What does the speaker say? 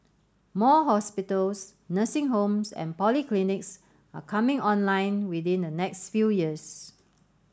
more hospitals nursing homes and polyclinics are coming online within the next few years